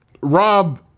Rob